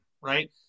right